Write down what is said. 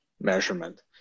measurement